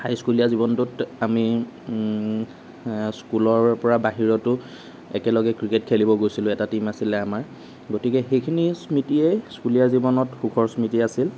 হাইস্কুলীয়া জীৱনটোত আমি স্কুলৰ পৰা বাহিৰতো একেলগে ক্ৰিকেট খেলিব গৈছিলোঁ এটা ক্ৰিকেট টীম আছিলে আমাৰ গতিকো সেইখিনি স্মৃতিয়েই স্কুলীয়া জীৱনত সুখৰ স্মৃতি আছিল